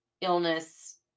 illness